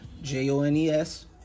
J-O-N-E-S